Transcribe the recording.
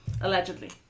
Allegedly